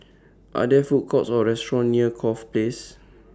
Are There Food Courts Or restaurants near Corfe Place